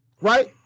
Right